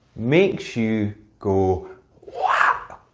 makes you go wow!